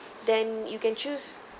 then you can choose